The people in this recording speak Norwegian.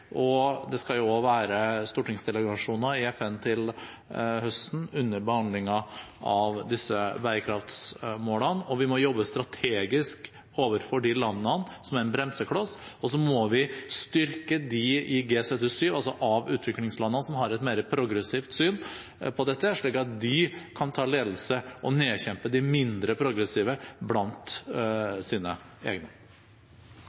Det skal også være stortingsdelegasjoner i FN til høsten, under behandlingen av disse bærekraftsmålene. Vi må jobbe strategisk overfor de landene som er en bremsekloss, og så må vi styrke dem i G77 – altså de av utviklingslandene – som har et mer progressivt syn på dette, slik at de kan ta ledelse og nedkjempe de mindre progressive blant sine egne.